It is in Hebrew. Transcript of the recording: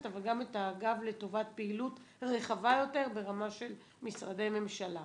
אבל גם את הגב לטובת פעילות רחבה יותר ברמה של משרדי ממשלה,